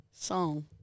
song